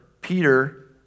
Peter